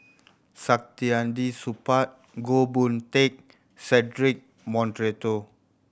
Saktiandi Supaat Goh Boon Teck Cedric Monteiro